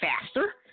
faster